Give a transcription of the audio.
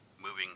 Moving